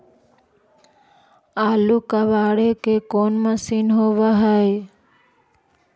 आलू कबाड़े के कोन मशिन होब है?